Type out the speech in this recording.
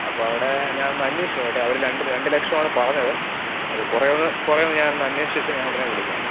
അപ്പോൾ അവിടെ ഞാനൊന്ന് അന്വേഷിച്ചു നോക്കട്ടെ അവർ രണ്ടു രണ്ട് ലക്ഷമാണ് പറഞ്ഞത് അതിൽ കുറയുമോയെന്ന് കുറയുമോയെന്ന് ഞാനൊന്ന് അന്വേഷിച്ചിട്ട് ഞാൻ ഉടനെ വിളിക്കാം